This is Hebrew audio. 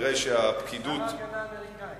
שר ההגנה האמריקני.